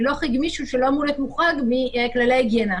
אני לא אחריג מישהו שלא אמור להיות מוחרג מכללי ההיגיינה.